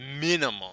minimum